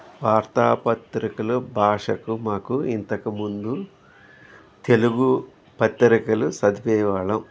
వార్తా పత్రికలు భాషకు మాకు ఇంతకముందు తెలుగు పత్రికలు చదివే వాళ్ళం